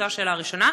זו השאלה הראשונה.